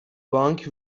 بانک